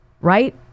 Right